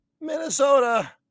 Minnesota